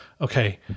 okay